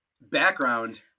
background